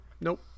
nope